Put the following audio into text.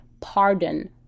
pardon